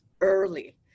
early